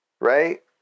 Right